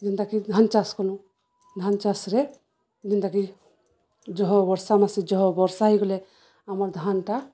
ଯେନ୍ତାକି ଧାନ ଚାଷ କନୁ ଧାନ ଚାଷରେ ଯେନ୍ତାକି ଜହ ବର୍ଷା ମାସି ଜହ ବର୍ଷା ହେଇଗଲେ ଆମର୍ ଧାନଟା